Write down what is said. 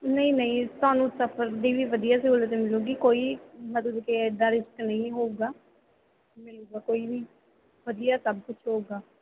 ਨਹੀਂ ਨਹੀਂ ਤੁਹਾਨੂੰ ਸਫ਼ਰ ਦੀ ਵੀ ਵਧੀਆ ਸਹੂਲਤ ਮਿਲੂਗੀ ਕੋਈ ਮਤਲਬ ਕਿ ਇੱਦਾਂ ਰਿਸਕ ਨਹੀਂ ਹੋਊਗਾ ਮਿਲੂਗਾ ਕੋਈ ਵੀ ਵਧੀਆ ਸਭ ਕੁਝ ਹੋਊਗਾ